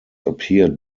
appeared